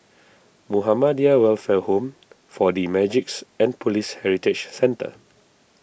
Muhammadiyah Welfare Home four D Magix and Police Heritage Centre